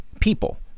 people